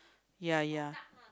ya ya